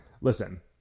listen